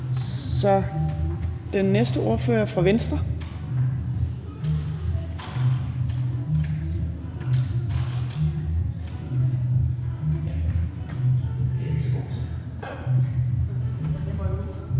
Den næste ordfører er fra Venstre.